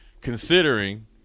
considering